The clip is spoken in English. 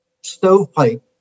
stovepipe